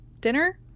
dinner